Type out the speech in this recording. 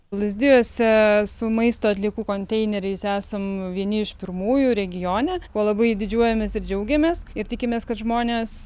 lazdijuose su maisto atliekų konteineriais esam vieni iš pirmųjų regione kuo labai didžiuojamės džiaugiamės ir tikimės kad žmonės